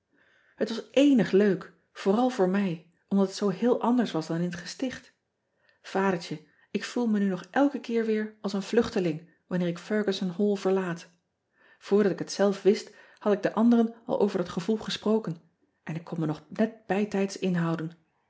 et was éénig leuk vooral voor mij omdat het zoo heel anders was dan in het gesticht adertje ik voel me nu nog elken keer weer als een vluchteling wanner ik ergussen all verlaat oordat ik het zelf wist had ik de anderen al over dat gevoel gesproken en ik kon me nog net bijtijds inhouden